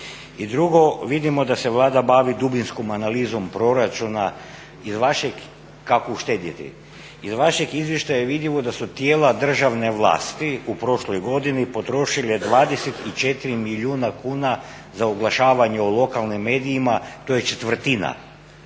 drugo, vidimo da se Vlada bavi dubinskom analizom proračuna kako uštedjeti. Iz vašeg izvještaja je vidljivo da su tijela državne vlasti u prošloj godini potrošili 24 milijuna kuna za oglašavanje u lokalnim medijima, to je četvrtina